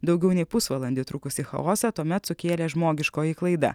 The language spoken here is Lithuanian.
daugiau nei pusvalandį trukusį chaosą tuomet sukėlė žmogiškoji klaida